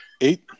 Eight